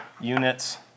units